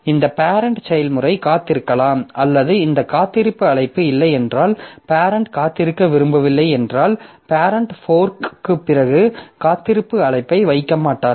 இந்த பேரெண்ட் செயல்முறை காத்திருக்கலாம் அல்லது இந்த காத்திருப்பு அழைப்பு இல்லையென்றால் பேரெண்ட் காத்திருக்க விரும்பவில்லை என்றால் பேரெண்ட் ஃபோர்க்குப் பிறகு காத்திருப்பு அழைப்பை வைக்க மாட்டார்கள்